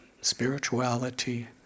spirituality